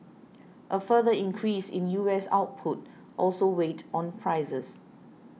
a further increase in U S output also weighed on prices